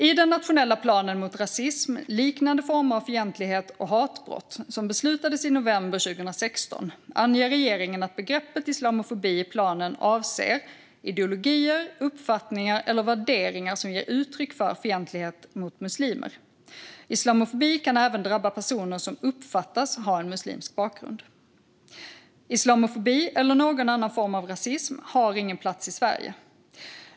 I den nationella planen mot rasism, liknande former av fientlighet och hatbrott, vilken beslutades i november 2016, anger regeringen att begreppet islamofobi i planen avser ideologier, uppfattningar eller värderingar som ger uttryck för fientlighet mot muslimer. Islamofobi kan även drabba personer som uppfattas ha en muslimsk bakgrund. Islamofobi - eller någon annan form av rasism - har ingen plats i Sverige.